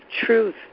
truth